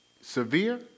severe